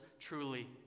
truly